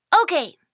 Okay